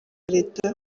leta